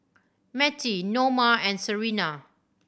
Mettie Noma and Serina